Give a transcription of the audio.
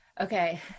Okay